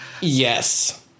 Yes